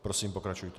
Prosím, pokračujte.